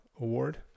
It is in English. award